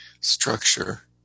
structure